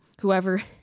whoever